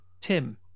tim